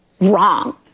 wrong